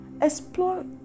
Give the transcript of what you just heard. Explore